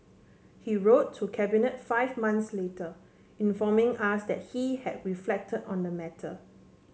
he wrote to Cabinet five months later informing us that he had reflected on the matter